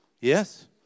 Yes